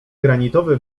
granitowy